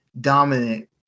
dominant